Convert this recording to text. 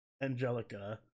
Angelica